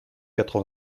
quatre